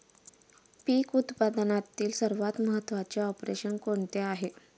पीक उत्पादनातील सर्वात महत्त्वाचे ऑपरेशन कोणते आहे?